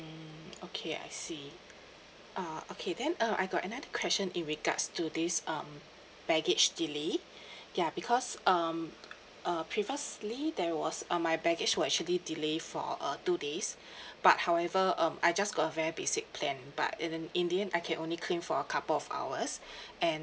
mm okay I see uh okay then uh I got another question in regards to this um baggage delay ya because um uh previously there was um my baggage were actually delayed for uh two days but however um I just got a very basic plan but and then in the end I can only claim for a couple of hours and